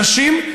אנשים,